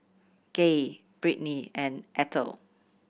Gay Britney and Eithel